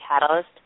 catalyst